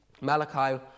Malachi